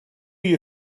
you